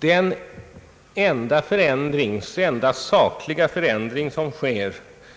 Den enda sakliga förändring som sker